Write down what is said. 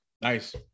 Nice